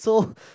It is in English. so